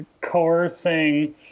coercing